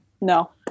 No